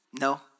no